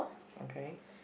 okay